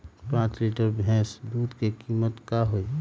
पाँच लीटर भेस दूध के कीमत का होई?